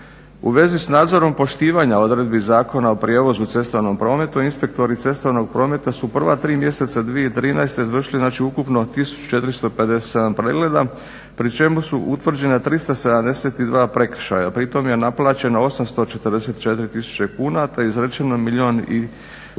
U vezi s nadzorom poštivanja odredbi Zakona o prijevozu u cestovnom prometu, inspektori cestovnog prometa su u prva tri mjeseca 2013.izvršili ukupno 1457 pregleda pri čemu su utvrđena 372 prekršaja, pri tome je naplaćeno 844 tisuće kuna te je izrečeno milijun